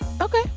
Okay